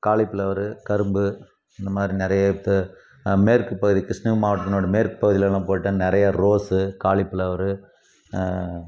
cauliflower கரும்பு இந்தமாதிரி நிறைய த மேற்குப்பகுதி கிருஷ்ணகிரி மாவட்டத்தினோட மேற்கு பகுதியிலலாம் போயிட்டால் நிறையா ரோஸ்ஸு காலிஃபிளவரு